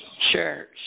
Sure